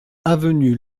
avenue